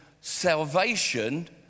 salvation